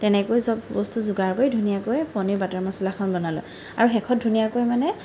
তেনেকৈ চব বস্তু যোগাৰ কৰি ধুনীয়াকৈ পনীৰ বাটাৰ মচলাখন বনালোঁ আৰু শেষত ধুনীয়াকৈ মানে